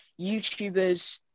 YouTubers